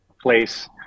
place